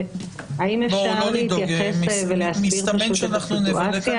יקול הדעת המינהלי למשרד יש נגישות לראיות שנאספו בחקירה